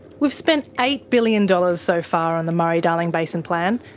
we've spent eight billion dollars so far on the murray-darling basin plan,